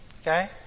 Okay